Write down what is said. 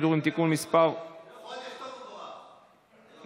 ראשונה ותועבר בהמשך לוועדת הכלכלה,